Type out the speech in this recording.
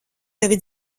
tevi